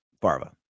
Barba